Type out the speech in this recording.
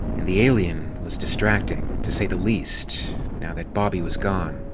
and the alien was distracting, to say the least, now that bobby was gone.